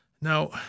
Now